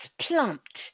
plumped